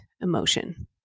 emotion